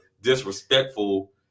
disrespectful